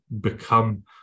become